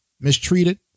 mistreated